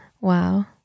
Wow